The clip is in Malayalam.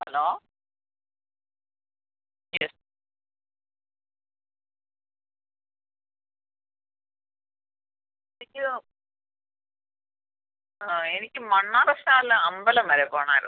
ഹലോ യെസ് എനിക്ക് ആ എനിക്ക് മണ്ണാറശാല അമ്പലം വരെ പോകണമായിരുന്നു